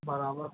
બરાબર